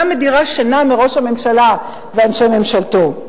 מדירה שינה מעיני ראש הממשלה ואנשי ממשלתו.